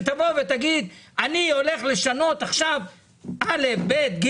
שתגיד אני הולך לשנות עכשיו א'-ב'-ג',